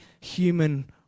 human